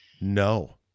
No